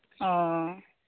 ᱚ